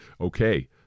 Okay